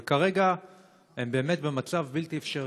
אבל כרגע הם באמת במצב בלתי אפשרי.